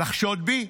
לחשוד בי.